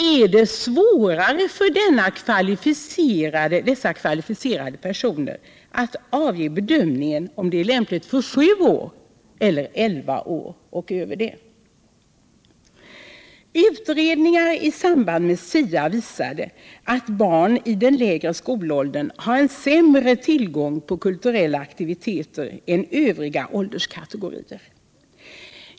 Är det svårare för dessa kvalificerade personer att bedöma om filmen är lämplig från sju år eller från elva år? Utredningar i samband med SIA visade att barn i den lägre skolåldern har sämre tillgång till kulturella aktiviteter än övriga ålderskategorier.